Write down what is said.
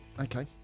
okay